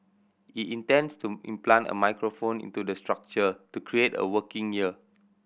he intends to implant a microphone into the structure to create a working ear